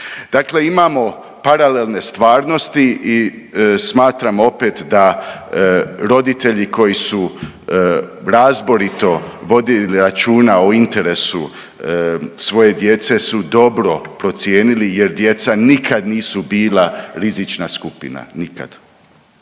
Dakle, imamo paralelne stvarnosti i smatram opet da roditelji koji su razborito vodili računa o interesu svoje djece su dobro procijenili jer djeca nikad nisu bila rizična skupina. Nikad.